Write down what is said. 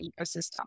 ecosystem